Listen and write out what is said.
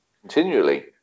continually